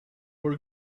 were